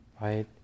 right